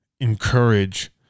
encourage